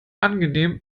angenehm